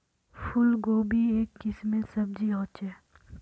फूल कोबी एक किस्मेर सब्जी ह छे